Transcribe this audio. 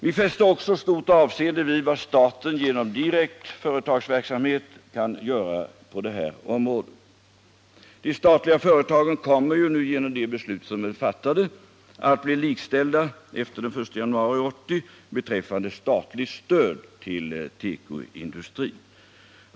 Vi fäster också stort avseende vid vad staten genom direkt företagsverksamhet kan göra på det här området. De statliga företagen kommer ju genom de beslut som är fattade att efter den 1 januari 1980 bli likställda beträffande statligt stöd till tekoindustrin.